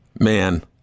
Man